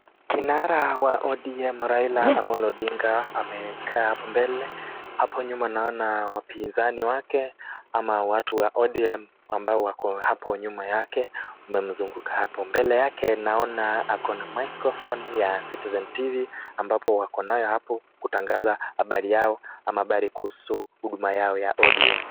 Kinara wa ODM, Raila Amollo Odinga, amekaa hapo mbele. Hapo nyuma naona wapinzani wake ama watu wa ODM, ambao wako hapo nyuma yake wanamzunguka hapo. Mbele yake naona ako na microphone ya citizen tv , ambapo ako nayo hapo kutangaza habari yao ama habari kuhusu huduma yao ya ODM.